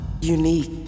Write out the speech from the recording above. Unique